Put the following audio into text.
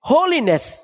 Holiness